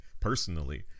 personally